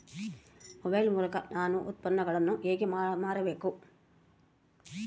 Mobile ಮೂಲಕ ನಾನು ಉತ್ಪನ್ನಗಳನ್ನು ಹೇಗೆ ಮಾರಬೇಕು?